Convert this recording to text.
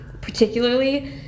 particularly